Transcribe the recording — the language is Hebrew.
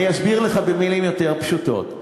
אני אסביר לך במילים פשוטות יותר.